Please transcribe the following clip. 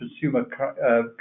consumer